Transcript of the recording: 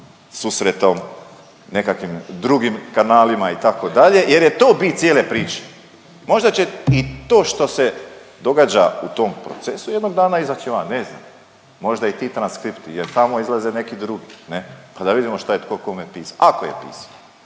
susretom, nekakvim drugim kanalima, itd. jer je to bit cijele priče. Možda će i to što se događa u tom procesu jednog dana izaći van, ne znam, možda i ti transkripti jer tamo izlaze neki drugi, ne? Pa da vidimo šta je tko kome pisao, ako je pisao.